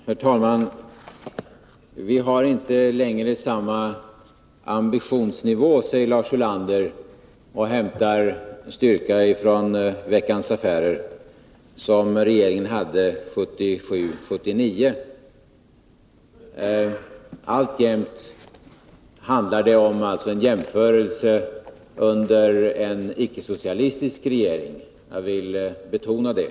Herr talman! Vi har inte längre samma ambitionsnivå, säger Lars Ulander — och hämtar styrka från Veckans Affärer — som regeringen hade 1977 och 1979. Alltjämt handlar det om en jämförelse med förhållandena under en icke socialistisk regering. Jag vill betona detta.